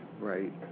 Right